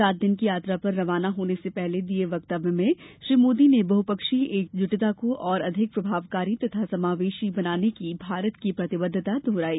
सात दिन की यात्रा पर रवाना होने से पहले दिये वक्तव्य में श्री मोदी ने बहुपक्षीय एकजुटता को और अधिक प्रभावकारी तथा समावेशी बनाने की भारत की प्रतिबद्धता दोहराई